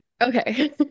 Okay